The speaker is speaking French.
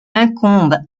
incombe